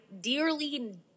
dearly